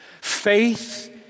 Faith